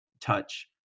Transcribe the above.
touch